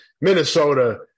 Minnesota